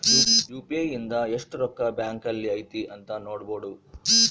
UPI ಇಂದ ಎಸ್ಟ್ ರೊಕ್ಕ ಬ್ಯಾಂಕ್ ಅಲ್ಲಿ ಐತಿ ಅಂತ ನೋಡ್ಬೊಡು